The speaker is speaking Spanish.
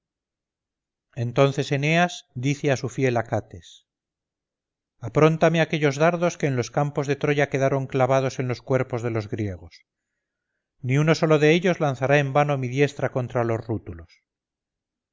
entonces eneas dice a su fiel acates apróntame aquellos dardos que en los campos de troya quedaron clavados en los cuerpos de los griegos ni uno solo de ellos lanzará en vano mi diestra contra los rútulos